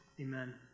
Amen